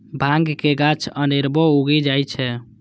भांग के गाछ अनेरबो उगि जाइ छै